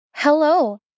Hello